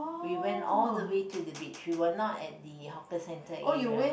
we went all the way to the beach we were not at the hawker center area